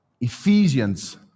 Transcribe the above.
Ephesians